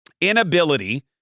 inability